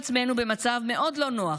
במצב מאוד לא נוח,